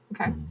Okay